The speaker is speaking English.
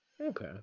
Okay